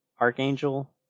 Archangel